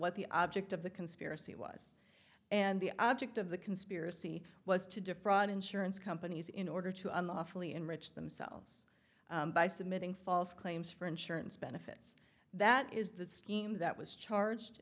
what the object of the conspiracy was and the object of the conspiracy was to defraud insurance companies in order to unlawfully enrich themselves by submitting false claims for insurance benefits that is the scheme that was charged